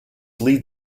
lead